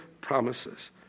promises